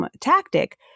Tactic